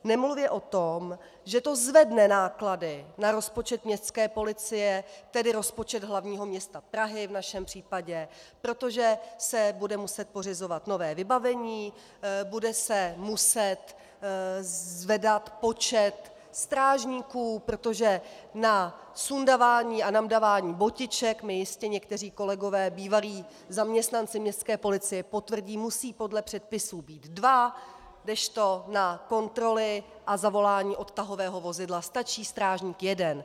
Nemluvě tom, že to zvýší náklady na rozpočet městské policie, tedy rozpočet hlavního města Prahy v našem případě, protože se bude muset pořizovat nové vybavení, bude se muset zvyšovat počet strážníků, protože na sundavání a nandavání botiček to mi jistě někteří kolegové, bývalí zaměstnanci městské policie potvrdí musí podle předpisů být dva, kdežto na kontroly a zavolání odtahového vozidla stačí strážník jeden.